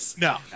No